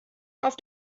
auf